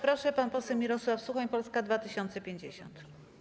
Proszę, pan poseł Mirosław Suchoń, Polska 2050.